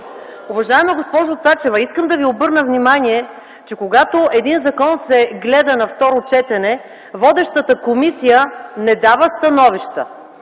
Уважаема госпожо Цачева, искам да Ви обърна внимание, че когато един закон се гледа на второ четене, водещата комисия не дава становища.